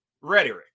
Rhetoric